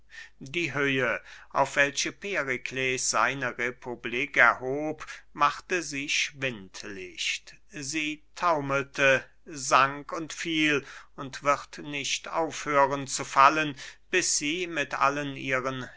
die höhe auf welche perikles seine republik erhob machte sie schwindlicht sie taumelte sank und fiel und wird nicht aufhören zu fallen bis sie mit allen ihren